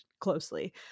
closely